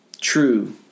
true